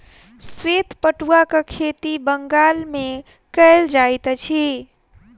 श्वेत पटुआक खेती बंगाल मे कयल जाइत अछि